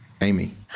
Amy